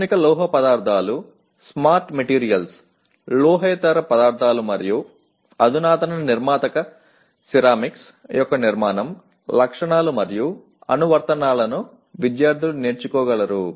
ఆధునిక లోహ పదార్థాలు స్మార్ట్ మెటీరియల్స్ లోహేతర పదార్థాలు మరియు అధునాతన నిర్మాణ సిరామిక్స్ యొక్క నిర్మాణం లక్షణాలు మరియు అనువర్తనాలను విద్యార్థులు నేర్చుకోగలరు